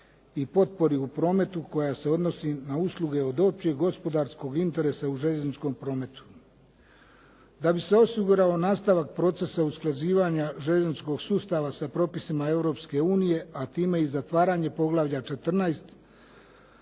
i potpori u prometu koja se odnosi na usluge od općeg gospodarskog interesa u željezničkom prometu. Da bi se osigurao nastavak procesa usklađivanja željezničkog sustava sa propisima Europske unije, a time i zatvaranje poglavlja 14